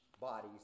bodies